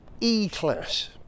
E-Class